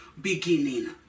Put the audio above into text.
beginning